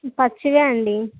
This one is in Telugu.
పచ్చివే అండీ